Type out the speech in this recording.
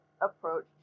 approach